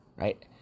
right